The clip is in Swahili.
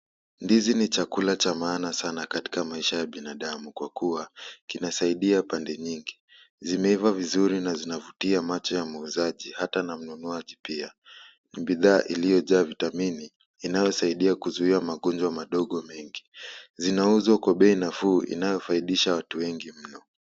Ndizi ni chakula cha maana sana katika maisha ya binadamu kwa kuwa kinasaidia pande nyingi. Zimeiva vizuri na zinavutia macho ya muuzaji hata na mnunuaji pia. Ni bidhaa iliyojaa vitamini, inayosaidia kuzuia magonjwa madogo mengi. Zinauzwa kwa bei nafuu inayofaidisha watu wengi mno.